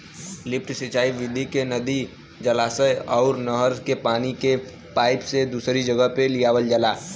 lift सिंचाई विधि से नदी, जलाशय अउर नहर के पानी के पाईप से दूसरी जगह पे लियावल जाला